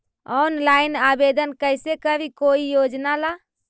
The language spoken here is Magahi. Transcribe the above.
ऑनलाइन आवेदन कैसे करी कोई योजना ला?